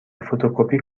فتوکپی